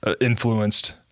influenced